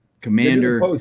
commander